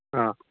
ꯑꯥ